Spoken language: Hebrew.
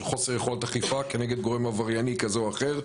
חוסר יכולת אכיפה כנגד גורם עברייני כזה או אחר,